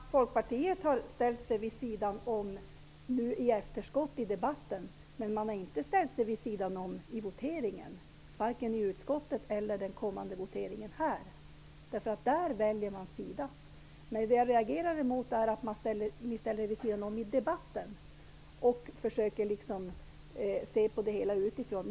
Herr talman! Folkpartiet har ställt sig vid sidan om i efterskott i debatten, men man har inte ställt sig vid sidan om i voteringen i utskottet och kommer inte heller att göra det i den kommande voteringen i kammaren. Där väljer man sida. Men jag reagerade mot att ni ställer er vid sidan om i debatten och försöker se på det hela utifrån.